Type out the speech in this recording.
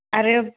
आरो